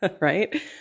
right